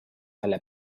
välja